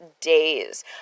days